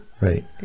right